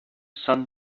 sun